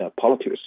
politics